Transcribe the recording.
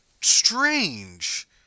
strange